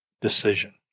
decision